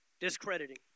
discrediting